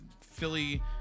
philly